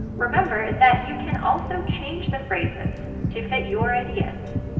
remember that you can also change the phrases to fit your ideas.